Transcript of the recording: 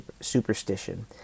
superstition